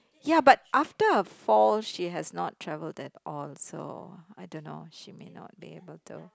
ya but after a fall she has not travelled at all so I don't know she may not be able to